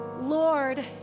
Lord